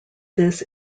this